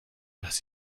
dass